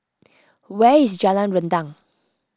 where is Jalan Rendang